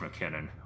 McKinnon